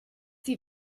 die